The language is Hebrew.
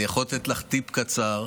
אני יכול לתת לך טיפ קצר: